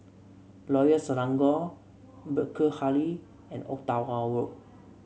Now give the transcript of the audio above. Royal Selangor Burkill and Ottawa Road